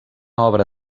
obra